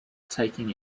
taking